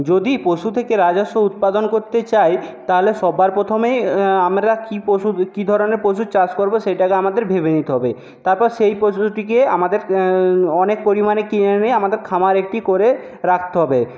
যদি পশু থেকে রাজস্ব উৎপাদন করতে চাই তাহলে সবার প্রথমেই আমরা কি পশু কি ধরনের পশু চাষ করবো সেটা আগে আমাদের ভেবে নিতে হবে তারপর সেই পশুটিকে আমাদের অনেক পরিমাণে কিনে এনে আমাদের খামার একটি করে রাখতে হবে